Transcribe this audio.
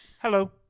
Hello